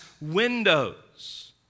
windows